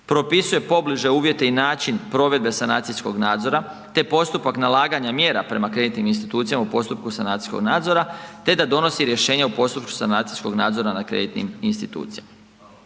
propisuje pobliže uvjete i način provedbe sanacijskog nadzora te postupak nalaganja mjera prema kreditnim institucijama u postupku sanacijskog nadzora te da donosi rješenje u postupku sanacijskog nadzora nad kreditnim institucijama.